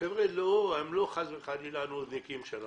החבר'ה הם לא חס וחלילה הנודניקים של המערכת,